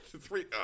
Three